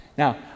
Now